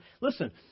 Listen